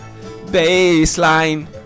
BASELINE